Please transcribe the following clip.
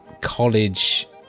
college